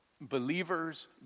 Believers